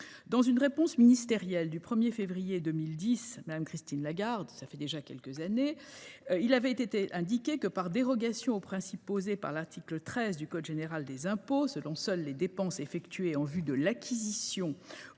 Dans une réponse ministérielle, Mme Christine Lagarde indiquait que « par dérogation aux principes posés par l’article 13 du code général des impôts, selon lequel seules les dépenses effectuées en vue de l’acquisition